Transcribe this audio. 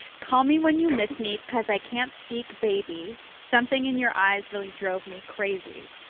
call me when you miss me, cause i can't speak baby. something in your eyes really drove me crazy.